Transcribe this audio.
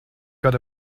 got